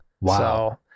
Wow